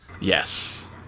Yes